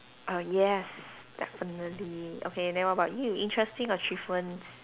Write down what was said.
uh yes definitely okay then what about you interesting achievements